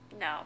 No